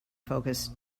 focus